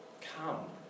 Come